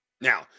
Now